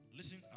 Listen